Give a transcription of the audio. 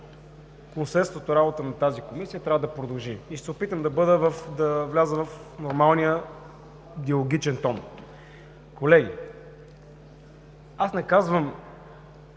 консенсусната работа на тази Комисия трябва да продължи. Ще се опитам да вляза в нормалния диалогичен тон. Колеги, аз не казвам